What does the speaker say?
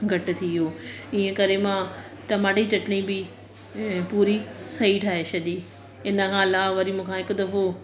घटि थी वियो ईअं करे मां टमाटे ई चटनी बि पुरी सही ठाए छॾी इन खां अलावा वरी मूंखां हिकु दफ़ो